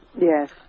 Yes